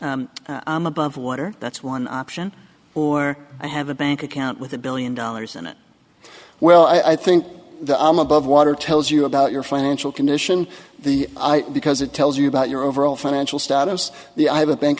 carr above water that's one option or i have a bank account with a billion dollars in it well i think that i'm above water tells you about your financial condition the because it tells you about your overall financial status the i have a bank